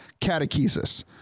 catechesis